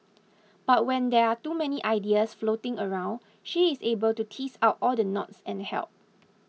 but when there are too many ideas floating around she is able to tease out all the knots and help